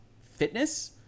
fitness